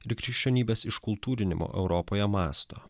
ir krikščionybės iškultūrinimo europoje masto